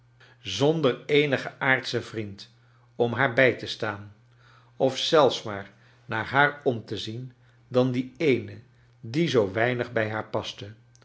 zonder eenigen aardschen vriend om haar bij te staan om zelfs maar naar haar om te zien dan die eene die zoo weinig bij haar paste